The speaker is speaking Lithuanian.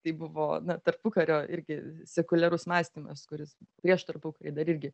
tai buvo tarpukario irgi sekuliarus mąstymas kuris prieš tarpukarį dar irgi